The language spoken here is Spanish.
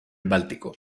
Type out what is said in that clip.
báltico